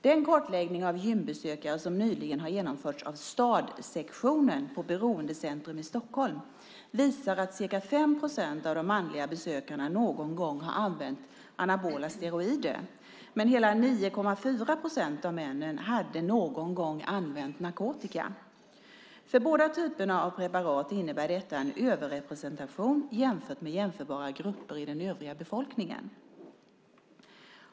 Den kartläggning av gymbesökare som nyligen har genomförts av Stadsektionen på Beroendecentrum Stockholm visar att ca 5 procent av de manliga besökarna någon gång hade använt anabola steroider, men hela 9,4 procent av männen hade någon gång använt narkotika. För båda typerna av preparat innebär detta en överrepresentation jämfört med jämförbara grupper i den övriga befolkningen.